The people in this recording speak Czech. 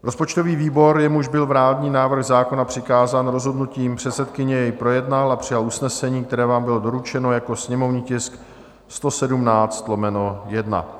Rozpočtový výbor, jemuž byl vládní návrh zákona přikázán rozhodnutím předsedkyně, jej projednal a přijal usnesení, které vám bylo doručeno jako sněmovní tisk 117/1.